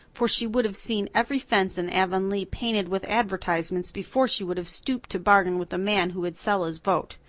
for she would have seen every fence in avonlea painted with advertisements before she would have stooped to bargain with a man who would sell his vote.